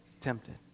tempted